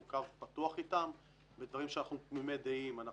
בין אם זה מימין,